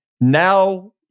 Now